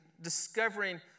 discovering